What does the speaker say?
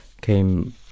came